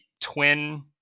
twin